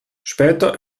später